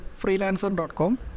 freelancer.com